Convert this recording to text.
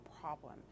problem